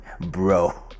bro